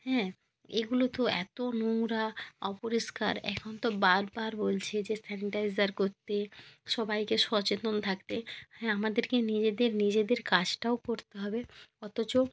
হ্যাঁ এগুলো তো এতো নোংরা অপরিষ্কার এখন তো বারবার বলছে যে স্যানিটাইজার করতে সবাইকে সচেতন থাকতে হ্যাঁ আমাদেরকে নিজেদের নিজেদের কাজটাও করতে হবে অথচ